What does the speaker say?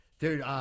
Dude